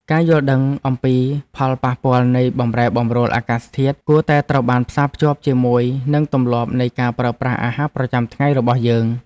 ការយល់ដឹងអំពីផលប៉ះពាល់នៃបម្រែបម្រួលអាកាសធាតុគួរតែត្រូវបានផ្សារភ្ជាប់ជាមួយនឹងទម្លាប់នៃការប្រើប្រាស់អាហារប្រចាំថ្ងៃរបស់យើង។